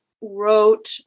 wrote